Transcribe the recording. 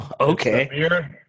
Okay